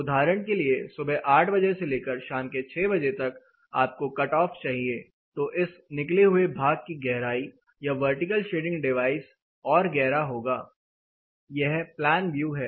उदाहरण के लिए सुबह 800 बजे से लेकर शाम के 600 बजे तक आपको कट ऑफ चाहिएतो इस निकले हुए भाग की गहराई या वर्टिकल शेडिंग डिवाइस और गहरा होगा यह प्लान व्यू है